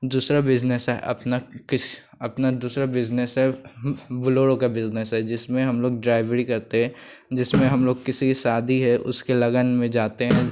दूसरा बिज़नेस है अपना किस अपना दूसरा बिज़नेस है बु बुलोरो का बिज़नेस है जिसमें हम लोग ड्राईवरी करते हैं जिसमें हम लोग किसी की शादी है उसकी लगन में जाते हैं